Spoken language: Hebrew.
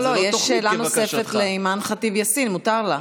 לא, יש שאלה נוספת לאימאן ח'טיב יאסין, מותר לה.